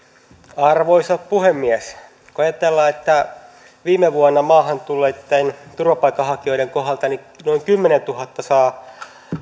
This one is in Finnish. arvoisa puhemies kun ajatellaan että viime vuonna maahan tulleitten turvapaikanhakijoiden kohdalta noin kymmenentuhatta saa